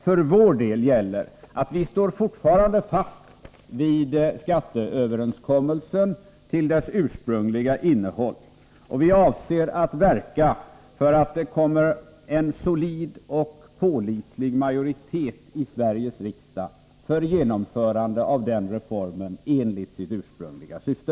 För vår del gäller att vi fortfarande står fast vid skatteöverenskommelsen med dess ursprungliga innehåll och avser att verka för att det blir en solid och pålitlig majoritet i Sveriges riksdag för genomförande av den reformen enligt dess ursprungliga syfte.